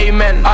Amen